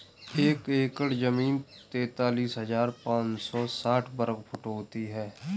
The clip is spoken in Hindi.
एक एकड़ जमीन तैंतालीस हजार पांच सौ साठ वर्ग फुट होती है